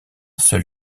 seul